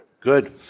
good